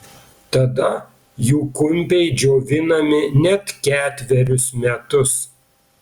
tada jų kumpiai džiovinami net ketverius metus